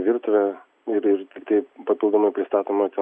virtuvę ir ir ti papildomai pristatoma ten